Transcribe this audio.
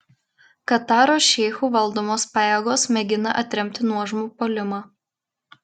kataro šeichų valdomos pajėgos mėgina atremti nuožmų puolimą